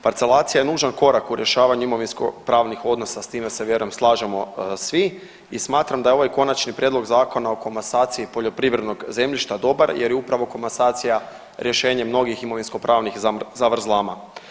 Parcelacija je nužan korak u rješavanju imovinsko pravnih odnosa, s time se vjerujem slažemo svi i smatram da je ovaj Konačni prijedlog Zakona o komasaciji poljoprivrednog zemljišta dobar jer je upravo komasacija rješenje mnogih imovinsko pravnih zavrzlama.